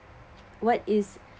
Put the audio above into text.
what is